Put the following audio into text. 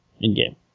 in-game